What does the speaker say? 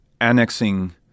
Annexing